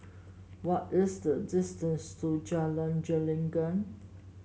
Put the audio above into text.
what is the distance to Jalan Gelenggang